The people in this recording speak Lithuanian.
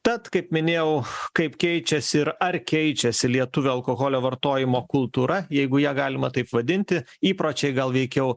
tad kaip minėjau kaip keičiasi ir ar keičiasi lietuvių alkoholio vartojimo kultūra jeigu ją galima taip vadinti įpročiai gal veikiau